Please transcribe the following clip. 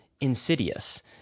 insidious